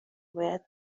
باید